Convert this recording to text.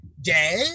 day